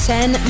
Ten